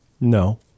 no